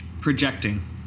projecting